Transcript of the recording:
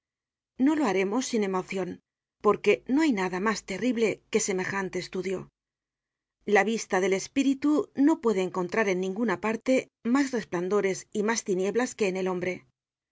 no lo haremos sin emocion porque no hay nada mas terrible que semejante estudio la vista del espíritu no puede encontrar en ninguna parte mas resplandores y mas tinieblas que en el hombre